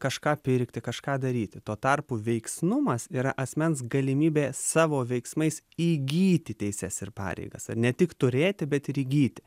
kažką pirkti kažką daryti tuo tarpu veiksnumas yra asmens galimybė savo veiksmais įgyti teises ir pareigas ne tik turėti bet ir įgyti